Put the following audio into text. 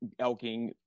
elking